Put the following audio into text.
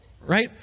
right